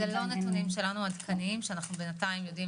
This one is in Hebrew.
אלה לא נתונים עדכניים שלפיהם אנחנו יודעים